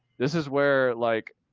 this is where like,